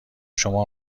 شما